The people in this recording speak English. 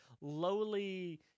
lowly